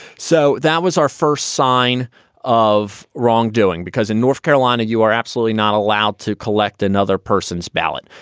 so that was our first sign of wrongdoing, because in north carolina, you are absolutely not allowed to collect another person's ballot.